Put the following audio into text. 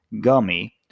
Gummy